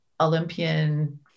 Olympian